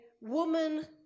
woman